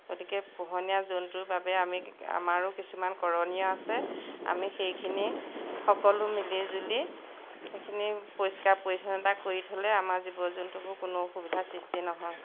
গতিকে পোহনীয়া জন্তুৰ বাবে আমি আমাৰো কিছুমান কৰণীয় আছে আমি সেইখিনি সকলো মিলি জুলি সেইখিনি পৰিষ্কাৰ পৰিচ্ছন্নতা কৰি থ'লে আমাৰ জীৱ জন্তুবোৰৰ কোনো অসুবিধাৰ সৃষ্টি নহয়